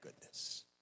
goodness